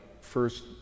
first